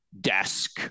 desk